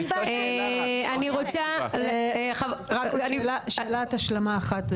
רק שאלת השלמה אחת,